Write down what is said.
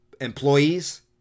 employees